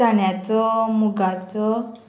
चण्याचो मुगाचो